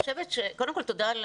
קודם כל תודה על